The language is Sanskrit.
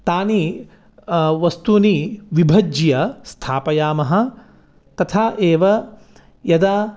तानि वस्तूनि विभज्य स्थापयामः तथा एव यदा